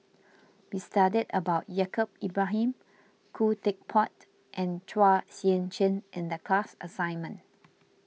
we studied about Yaacob Ibrahim Khoo Teck Puat and Chua Sian Chin in the class assignment